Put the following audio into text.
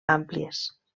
àmplies